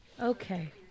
Okay